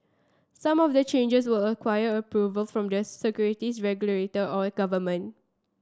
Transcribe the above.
some of the changes will a quire approval from the securities regulator or government